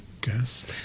guess